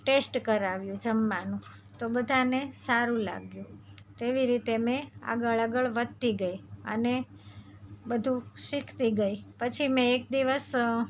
test કરાવ્યું જમવાનું તો બધાંને સારું લાગ્યું તો એવી રીતે મેં આગળ આગળ વધતી ગઈ અને બધુ શિખતી ગઈ પછી મેં એક દિવસ